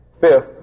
Fifth